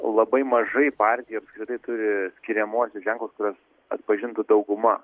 labai mažai partijų apskritai turi skiriamuosius ženklus kuriuos atpažintų dauguma